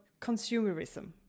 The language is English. consumerism